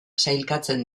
sailkatzen